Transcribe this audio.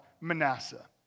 Manasseh